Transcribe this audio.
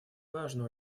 важную